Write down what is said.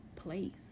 place